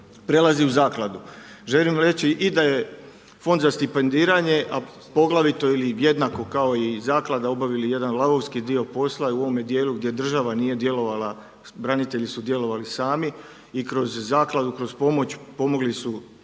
prelazi u Zakladu. Želim reći i da je Fond za stipendiranje, a poglavito ili jednako kao i Zaklada obavili jedan lavovski dio posla i u ovome dijelu gdje država nije djelovala, branitelji su djelovali sami i kroz Zakladu, kroz pomoć pomogli su